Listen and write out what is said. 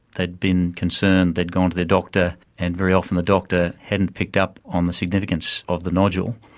they'd been concerned, they'd gone to their doctor and very often the doctor hadn't picked up on the significance of the nodule,